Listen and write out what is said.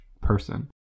person